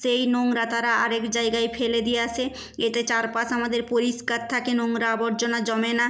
সেই নোংরা তারা আরেক জায়গায় ফেলে দিয়ে আসে এতে চারপাশ আমাদের পরিষ্কার থাকে নোংরা আবর্জনা জমে না